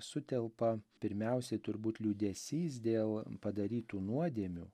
sutelpa pirmiausiai turbūt liūdesys dėl padarytų nuodėmių